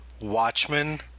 Watchmen